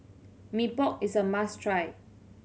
Mee Pok is a must try